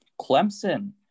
Clemson